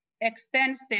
extensive